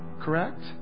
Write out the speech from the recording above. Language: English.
Correct